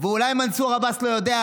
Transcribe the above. ואולי מנסור עבאס לא יודע,